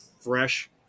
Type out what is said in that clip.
fresh